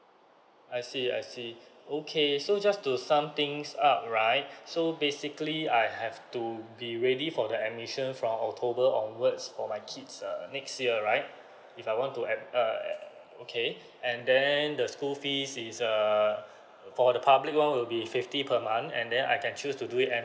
I see I see okay so just to sum things up right so basically I have to be ready for the admission from october onwards for my kids err next year right if I want to ad~ uh okay and then the school fees is err for the public one will be fifty per month and then I can choose to do it